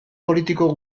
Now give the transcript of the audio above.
politiko